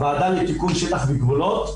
הוועדה לתיקון שטח וגבולות,